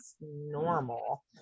normal